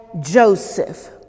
Joseph